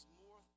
more